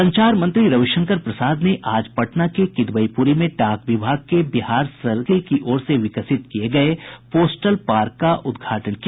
संचार मंत्री रविशंकर प्रसाद ने आज पटना के किदवईपूरी में डाक विभाग के बिहार सर्किल की ओर से विकसित किये गये पोस्टल पार्क का उद्घाटन किया